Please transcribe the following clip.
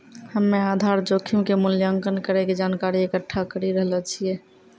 हम्मेआधार जोखिम के मूल्यांकन करै के जानकारी इकट्ठा करी रहलो छिऐ